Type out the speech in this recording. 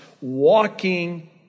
walking